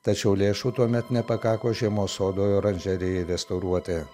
tačiau lėšų tuomet nepakako žiemos sodo oranžerijai restauruoti